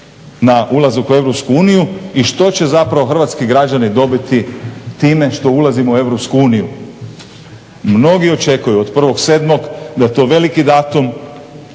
na ulazak u EU i što će hrvatski građani dobiti time što ulazimo u EU? Mnogi očekuju od 1.7.da je to veliki datum,